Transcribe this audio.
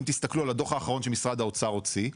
אם תסתכלו על הדו"ח האחרון שמשרד האוצר הוציא,